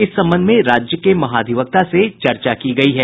इस संबंध में राज्य के महाधिवक्ता से चर्चा की गयी है